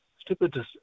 stupid